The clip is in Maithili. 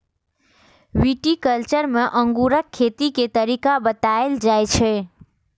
विटीकल्च्चर मे अंगूरक खेती के तरीका बताएल जाइ छै